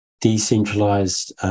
decentralized